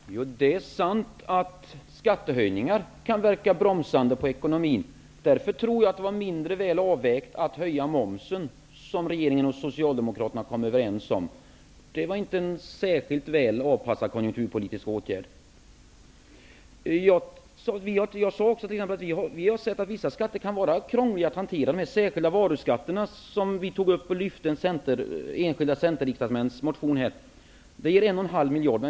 Herr talman! Det är sant att skattehöjningar kan verka bromsande på ekonomin. Därför tror jag att beslutet om en höjning av momsen, som regeringen och Socialdemokraterna kom överens om, var mindre väl avvägt. Det var inte inte någon särskilt väl avpassad konjunkturpolitisk åtgärd. Jag har sagt att vissa skatter kan vara krångliga att hantera. Vi lyfter fram en centerriksdagsmans motion om de särskilda varuskatterna. Förslaget betyder en besparing på 1,5 miljard.